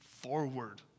forward